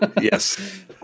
Yes